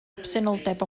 absenoldeb